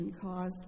caused